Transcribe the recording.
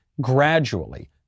gradually